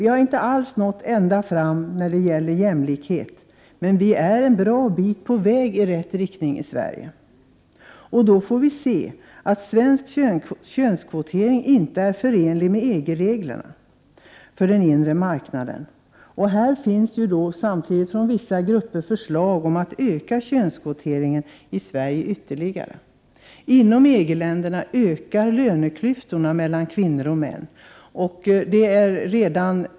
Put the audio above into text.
Vi har inte alls nått ända fram i fråga om jämlikhet, men vi är en bra bit på väg i rätt riktning i Sverige. Och då får vi se att svensk könskvotering inte är förenlig med EG-reglerna för den inre marknaden. I Sverige finns det från vissa grupper förslag om att ytterligare öka könskvoteringen. Inom EG-länderna ökar löneklyftorna mellan kvinnor och män.